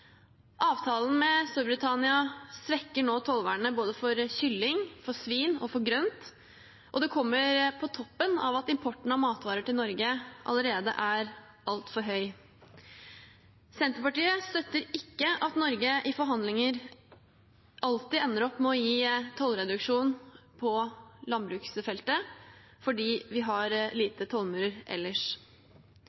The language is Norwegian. Avtalen med Storbritannia svekker nå tollvernet både for kylling, for svin og for grønt, og det kommer på toppen av at importen av matvarer til Norge allerede er altfor høy. Senterpartiet støtter ikke at Norge i forhandlinger alltid ender opp med å gi tollreduksjon på landbruksfeltet, fordi vi har